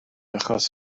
achos